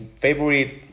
favorite